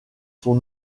son